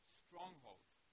strongholds